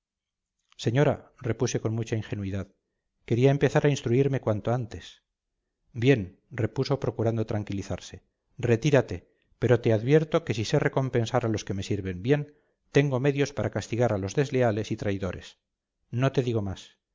señora repuse con mucha ingenuidad quería empezar a instruirme cuanto antes bien repuso procurando tranquilizarse retírate pero te advierto que si sé recompensar a los que me sirven bien tengo medios para castigar a los desleales y traidores no te digo más